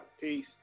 Peace